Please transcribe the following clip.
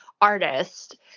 artist